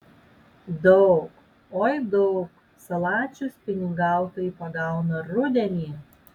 daug oi daug salačių spiningautojai pagauna rudenį